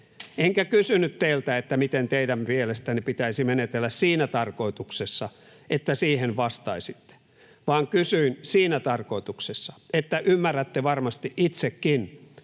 Enkä kysynyt teiltä, miten teidän mielestänne pitäisi menetellä, siinä tarkoituksessa, että siihen vastaisitte, vaan kysyin siinä tarkoituksessa, että ymmärrätte varmasti itsekin,